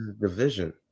Division